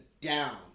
down